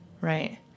Right